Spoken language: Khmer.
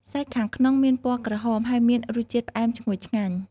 សាច់ខាងក្នុងមានពណ៌ក្រហម ហើយមានរសជាតិផ្អែមឈ្ងុយឆ្ងាញ់។